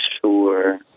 sure